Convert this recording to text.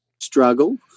struggle